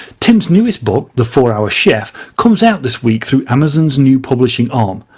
tim's newest book, the four hour chef, comes out this week through amazon's new publishing arm.